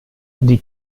die